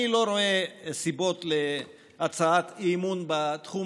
אני לא רואה סיבות להצעת אי-אמון בתחום